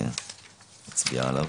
ואנחנו נצביע עליו.